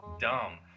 dumb